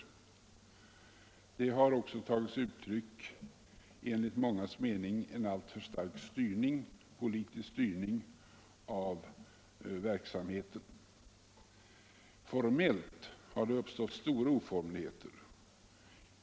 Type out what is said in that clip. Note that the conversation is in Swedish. Likaså har det tagit sig uttryck ien enligt mångas mening alltför stark politisk styrning av verksamheten. Formellt har det uppstått stora oformligheter.